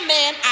man